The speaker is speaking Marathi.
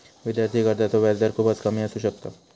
विद्यार्थी कर्जाचो व्याजदर खूपच कमी असू शकता